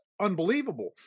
unbelievable